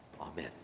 amen